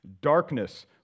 Darkness